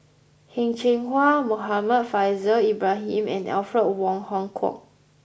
Heng Cheng Hwa Muhammad Faishal Ibrahim and Alfred Wong Hong Kwok